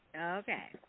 Okay